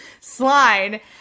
Slide